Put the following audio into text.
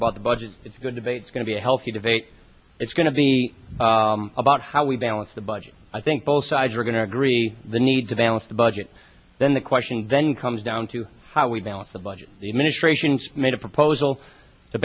about the budget it's going to be going to be a healthy debate it's going to be about how we balance the budget i think both sides are going to agree the need to balance the budget then the question then comes down to how we balance the budget the administration's made a proposal to